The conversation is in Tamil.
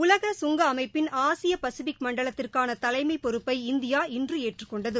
உலக கங்க அமைப்பின் ஆசிய பசிபிக் மண்டலத்திற்கான தலைமை பொறுப்பை இந்தியா இன்று ஏற்றுக்கொண்டது